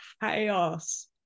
chaos